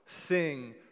sing